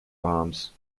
bombs